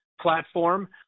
platform